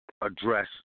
address